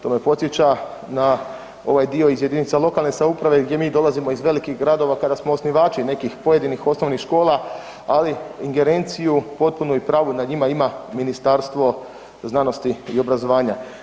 To me podsjeća na ovaj dio iz jedinica lokalne samouprave gdje mi dolazimo iz velikih gradova kada smo osnivači nekih pojedinih osnovnih škola, ali ingerenciju potpunu i pravu nad njima ima Ministarstvo znanosti i obrazovanja.